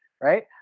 right